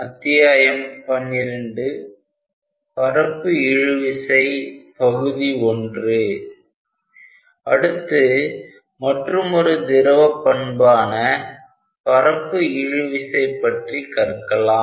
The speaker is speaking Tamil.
அடுத்து மற்றுமொரு திரவ பண்பான பரப்பு இழு விசை பற்றி கற்கலாம்